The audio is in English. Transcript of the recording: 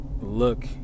look